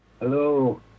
Hello